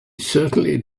certainly